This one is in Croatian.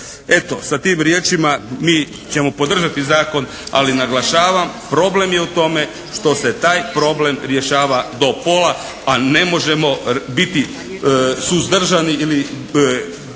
Eto, sa tim riječima mi ćemo podržati zakon. Ali naglašavam, problem je u tome što se taj problem rješava do pola a ne možemo biti suzdržani ili